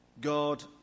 God